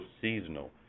seasonal